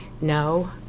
no